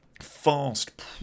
fast